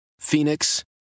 Phoenix